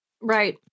right